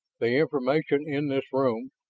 the information in this room,